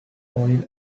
oil